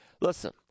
Listen